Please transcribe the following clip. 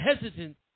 hesitant